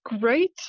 great